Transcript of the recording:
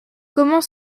comment